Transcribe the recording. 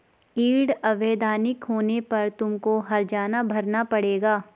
yield अवैधानिक होने पर तुमको हरजाना भरना पड़ेगा